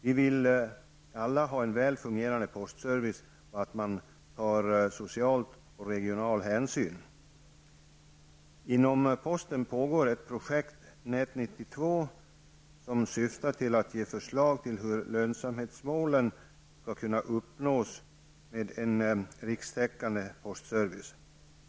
Vi vill alla ha en väl fungerande postservice och att man skall ta sociala och regionala hänsyn. Inom posten pågår ett projekt, NÄT 92, som syftar till att ge förslag till hur lönsamhetsmålen skall kunna uppnås med en rikstäckande postservice.